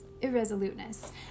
irresoluteness